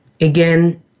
Again